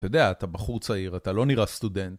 אתה יודע, אתה בחור צעיר, אתה לא נראה סטודנט.